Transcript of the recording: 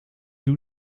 doe